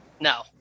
No